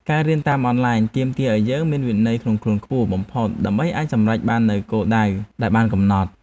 ការរៀនតាមអនឡាញទាមទារឱ្យយើងមានវិន័យក្នុងខ្លួនខ្ពស់បំផុតដើម្បីអាចសម្រេចបាននូវគោលដៅដែលបានកំណត់។